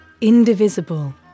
Indivisible